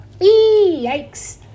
Yikes